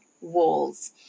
walls